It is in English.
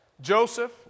Joseph